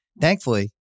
Thankfully